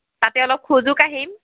তাতে অলপ খোজো কাঢ়িম